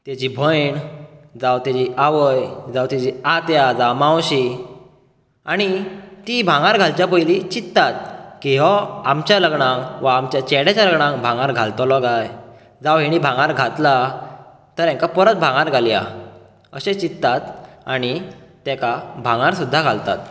तेजी भयण जावं तेजी आवय जावं तेजी आत्या जावं मावशी आनी ती भांगर घालच्या पयली चित्तात की हो आमच्या लग्नाक वा आमच्या चेड्याचा लग्नाक भांगर घालतलो काय जावं हेणी भांगर घातला तर हेका परत भांगर घालया अशें चित्तात आनी आनी तेका भांगर सुद्दां घालतात